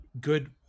Good